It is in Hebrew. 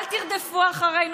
אל תרדפו אחרינו